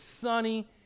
sunny